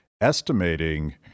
estimating